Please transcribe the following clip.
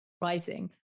rising